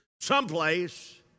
someplace